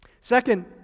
Second